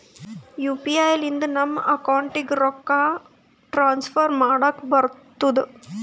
you P I ಲಿಂತ ನಮ್ ಅಕೌಂಟ್ಗ ರೊಕ್ಕಾ ಟ್ರಾನ್ಸ್ಫರ್ ಮಾಡ್ಲಕ್ ಬರ್ತುದ್